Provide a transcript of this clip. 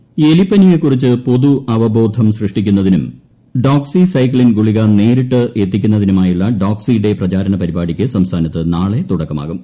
doxy day എലിപ്പനിയെക്കുറിച്ച് പൊതു അവബ്ടോധം സൃഷ്ടിക്കുന്നതിനും ഡോക്സി സൈക്ലിൻ ഗുളിക ന്റ്രേരീട്ടെത്തിക്കുന്നതിനുമായുള്ള ഡോക്സി ഡേ പ്രചാരണ പരിഎടിക്ക് സംസ്ഥാനത്ത് നാളെ തുടക്കമാകും